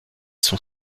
son